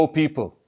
people